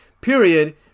period